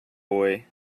boy